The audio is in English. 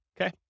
Okay